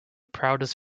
proudest